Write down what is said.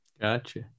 Gotcha